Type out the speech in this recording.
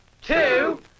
two